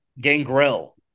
Gangrel